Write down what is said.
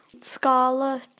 Scarlet